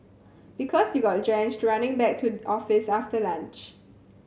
because you got drenched running back to office after lunch